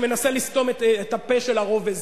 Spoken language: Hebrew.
שמנסה לסתום את הפה של הרוב.